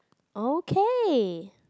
okay